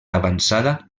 avançada